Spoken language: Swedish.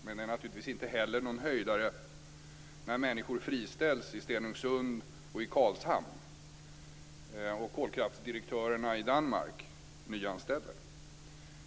Det är naturligtvis inte heller någon höjdare när människor friställs i Stenungsund och i Karlshamn medan kolkraftsdirektörerna i Danmark nyanställer.